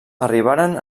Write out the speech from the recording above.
arribaren